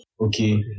okay